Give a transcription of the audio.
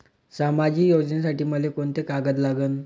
सामाजिक योजनेसाठी मले कोंते कागद लागन?